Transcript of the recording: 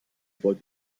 wollte